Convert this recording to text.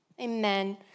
Amen